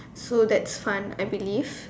so that's fun I believe